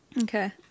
Okay